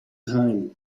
time